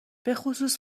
بخصوص